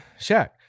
Shaq